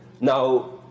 Now